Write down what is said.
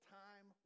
time